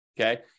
okay